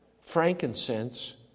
frankincense